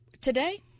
today